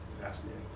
fascinating